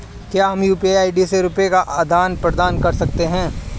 क्या हम यू.पी.आई से रुपये का आदान प्रदान कर सकते हैं?